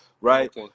right